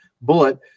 bullet